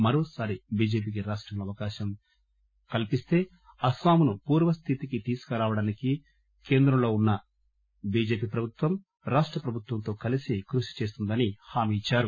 మరోసారి బిజెపికి రాష్టంలో అవకాశం ఇస్తే అస్పాంను పూర్వస్థితికి తీసుకు రావడానికి కేంద్రంలో అధికారంలో ఉన్న బిజెపి ప్రభుత్వం రాష్ట ప్రభుత్వంతో కలిసి కృషి చేస్తుందని హామీ ఇచ్చారు